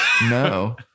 no